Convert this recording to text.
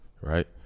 right